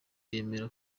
yemera